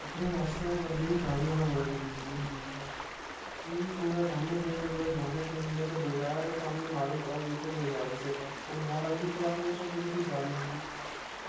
टप्पने बास्तै बंदे गी तारी आना बड़ा जरूरी चीज होंदी जिसलै क्योंकि कुदै कम्म पेई जंदा कुदै जाना पेई जंदा ते बगैरा पानी नाले क्रास कीते कुदै जाई नी सकदा ते ओह् नाला उ'ऐ क्रास करी सकदा जिसी तारी आंदी